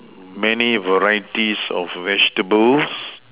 many varieties of vegetables